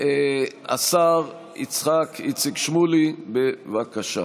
השר יצחק איציק שמולי, בבקשה.